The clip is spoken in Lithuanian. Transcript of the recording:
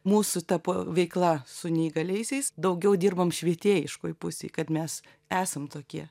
mūsų tapo veikla su neįgaliaisiais daugiau dirbame švietėjiškoje pusėje kad mes esam tokie